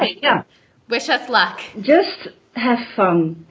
yeah wish us luck just have um